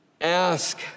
ask